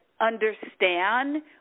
understand